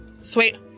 Sweet